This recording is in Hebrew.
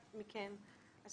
אני